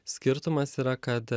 skirtumas yra kad